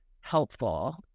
helpful